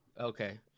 Okay